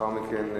לאחר מכן,